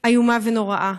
איומה ונוראה.